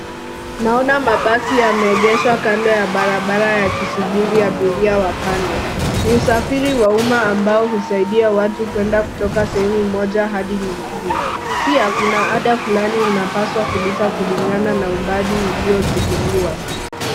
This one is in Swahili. Naona mabasi yakiwa yameegeshwa kando ya barabara yakisubiria abiria wapande, ni usafiri wa umma ambao husaidia watu kuenda kutoka sehemu moja hadi nyingine. Pia kuna ada fulani upaswa kulipa kulingana na umbali uliochukuliwa